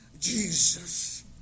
Jesus